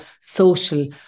social